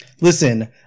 listen